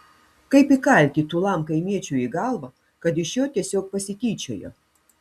kaip įkalti tūlam kaimiečiui į galvą kad iš jo tiesiog pasityčiojo